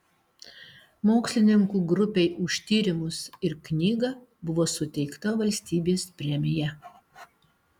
mokslininkų grupei už tyrimus ir knygą buvo suteikta valstybės premija